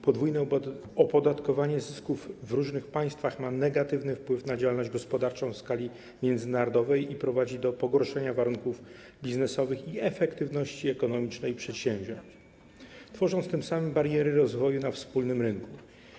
Podwójne opodatkowanie zysków w różnych państwach ma negatywny wpływ na działalność gospodarczą w skali międzynarodowej i prowadzi do pogorszenia warunków biznesowych i efektywności ekonomicznej przedsięwziąć, tworząc tym samym bariery rozwoju na wspólnym rynku.